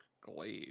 glaive